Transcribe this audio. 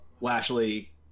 Lashley